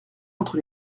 entre